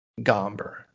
Gomber